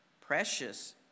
precious